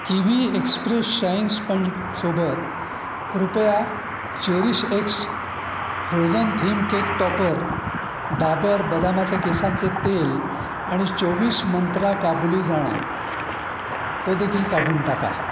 Kiwi express shine sponge सोबत कृपया CherishX frozen theme cake topper Dabur बदामाचे केसांचे तेल आणि चोवीस मंत्रा काबुली चणा तो देखील काढून टाका